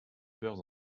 peurs